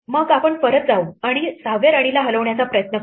मग आपण परत जाऊ आणि 6 व्या राणीला हलवण्याचा प्रयत्न करू